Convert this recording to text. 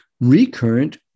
recurrent